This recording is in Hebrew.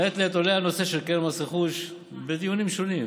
עולה הנושא של קרן מס רכוש בדיונים שונים,